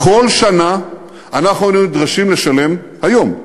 כל שנה אנחנו היינו נדרשים לשלם, היום,